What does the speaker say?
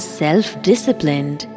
self-disciplined